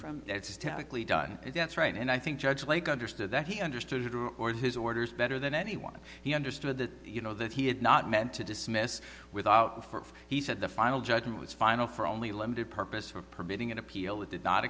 and that's right and i think judge lake understood that he understood her or his orders better than anyone he understood that you know that he had not meant to dismiss without for he said the final judgment was final for only limited purpose for permitting an appeal that did not